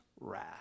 wrath